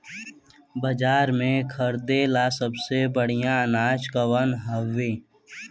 बाजार में खरदे ला सबसे बढ़ियां अनाज कवन हवे?